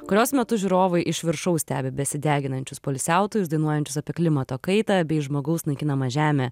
kurios metu žiūrovai iš viršaus stebi besideginančius poilsiautojus dainuojančius apie klimato kaitą bei žmogaus naikinamą žemę